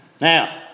Now